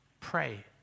pray